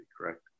correct